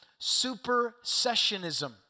supersessionism